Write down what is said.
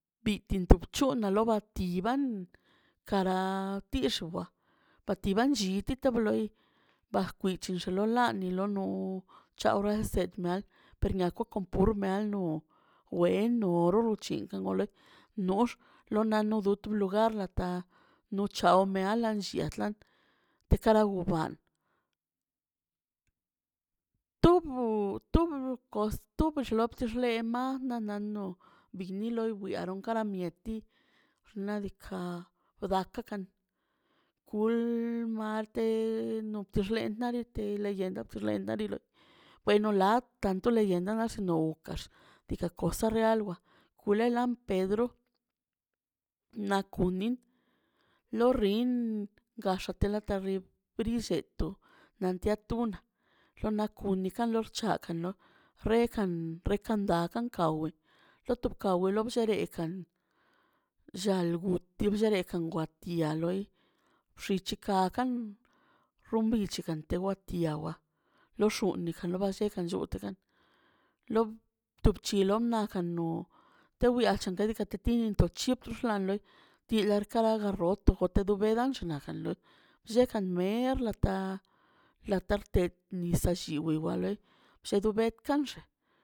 Bitin to c̱hona lo ba ti xlloba bati ban lli tit bto bloi bar kwichi lo naꞌ lo no chawra set naw per ni ko kon pur meal no wen nor chi kan gorlə nox lo na lo dutu lugar data no chao meala chiatla tekara gwan tu bbu- tub costumbrə lex naꞌ naꞌ-naꞌ no binilo wearon karati xnaꞌ diikaꞌ daak ka kan jul marte nopti xlenaꞌ de te leyenda xlenaꞌ dete weno lab tanto leyenda lash nowkax diikaꞌ kosa realwa kulelan pedro naꞌ kunin lo riṉ gax tele karri briꞌsheto nia to tun rronaꞌ kuni kan nox c̱haka nox rekan rekan da kan kawe roto kawe lo bllele kan llalbuti llereka kwatia loi xllichika kan rumbichikan tewa tiawan lo xuni jan loba lle kan llute gan lo tub c̱hi lo naꞌ jano tewya chta diikaꞌ ti to chup xḻan ḻe tiler kara garroto gotə do bela xnaꞌ kan lellekan mer lataa latartə nisaꞌ lliwi waḻe lledo bet kan xe.